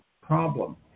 problem